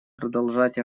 продолжать